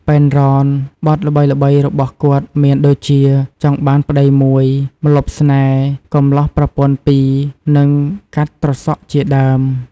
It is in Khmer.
ប៉ែន រ៉ន បទល្បីៗរបស់គាត់មានដូចជា ចង់បានប្ដីមួយ ម្លប់ស្នេហ៍ កំលោះប្រពន្ធពីរ និងកាត់ត្រសក់ជាដើម។